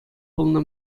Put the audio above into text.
пулнӑ